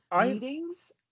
meetings